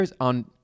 on